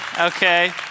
Okay